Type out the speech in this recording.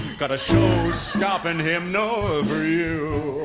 got a show stopping hymnal for you